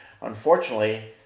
Unfortunately